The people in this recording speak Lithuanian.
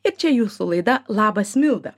ir čia jūsų laida labas milda